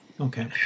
okay